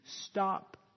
stop